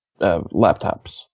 laptops